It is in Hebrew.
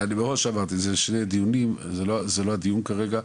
אני מראש אמרתי, זה שני דיונים זה לא הדיון כרגע,